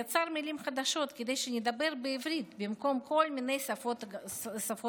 הוא יצר מילים חדשות כדי שנדבר בעברית במקום כל מיני שפות שבגלות,